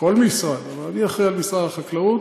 או בכל משרד, אבל אני אחראי למשרד החקלאות,